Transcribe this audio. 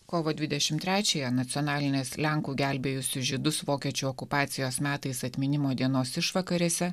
kovo dvidešim trečiąją nacionalinės lenkų gelbėjusių žydus vokiečių okupacijos metais atminimo dienos išvakarėse